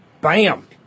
Bam